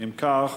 אם כך,